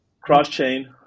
Cross-chain